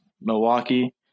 Milwaukee